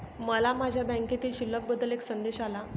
मला माझ्या बँकेतील शिल्लक बद्दल एक संदेश आला